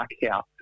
blackout